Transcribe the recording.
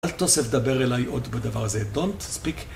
אל תוסף דבר אליי עוד בדבר הזה, don't speak...